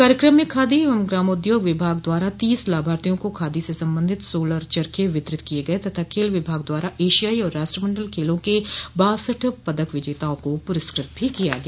कार्यक्रम में खादी एवं ग्रामोद्योग विभाग द्वारा तीस लाभार्थियों को खादी से सम्बन्धित सोलर चर्खे वितरित किये गये तथा खेल विभाग द्वारा एशियाई और राष्ट्रमंडल खेलों के बासठ पदक विजेताओं को पुरस्कृत भी किया गया